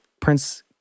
Prince